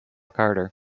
carter